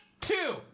two